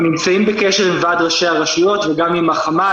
אנחנו נמצאים בקשר עם ועד ראשי הרשויות וגם עם החמ"ל,